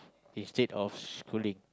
instead of schooling